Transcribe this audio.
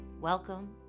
Welcome